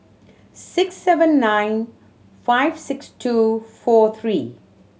six seven nine five six two four three